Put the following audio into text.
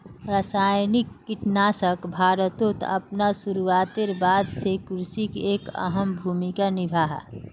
रासायनिक कीटनाशक भारतोत अपना शुरुआतेर बाद से कृषित एक अहम भूमिका निभा हा